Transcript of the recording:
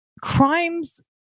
crimes